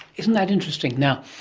isn't that interesting. now,